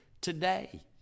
today